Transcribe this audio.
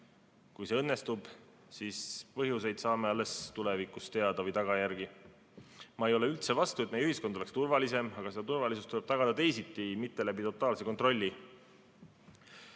Kui see õnnestub, siis põhjused või tagajärjed saame alles tulevikus teada. Ma ei ole üldse vastu, et meie ühiskond oleks turvalisem, aga seda turvalisust tuleb tagada teisiti, mitte totaalse kontrolliga.